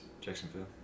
Jacksonville